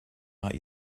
not